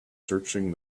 searching